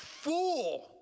fool